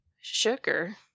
Sugar